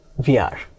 VR